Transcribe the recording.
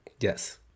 Yes